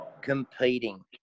competing